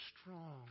strong